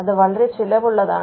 അത് വളരെ ചിലവുള്ളതാണ്